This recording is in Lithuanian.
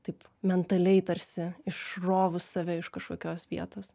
taip mentaliai tarsi išrovus save iš kažkokios vietos